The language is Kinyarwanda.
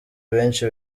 benshi